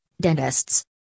dentists